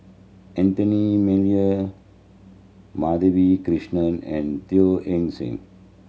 Anthony Miller Madhavi Krishnan and Teo Eng Seng